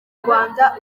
rwanda